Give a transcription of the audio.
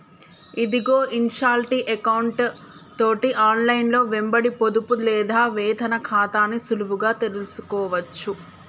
ఇదిగో ఇన్షాల్టీ ఎకౌంటు తోటి ఆన్లైన్లో వెంబడి పొదుపు లేదా వేతన ఖాతాని సులువుగా తెలుసుకోవచ్చు